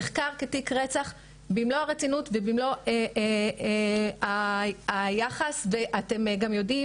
נחקר כתיק רצח במלוא הרצינות ובמלוא היחס ואתם גם יודעים